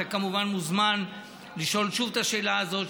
אתה כמובן מוזמן לשאול שוב את השאלה הזאת,